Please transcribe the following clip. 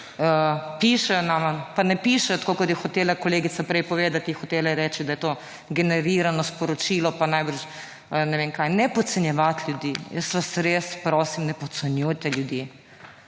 pišejo nam, pa ne pišejo tako kot je hotela kolegica prej povedati, hotela je reči, da je to generirano sporočilo pa verjetno ne vem kaj. Ne podcenjevati ljudi. Jaz vas res prosim, ne podcenjujete ljudi.